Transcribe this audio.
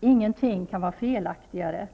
Ingenting kan vara felaktigare.